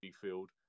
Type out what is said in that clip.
field